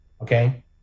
Okay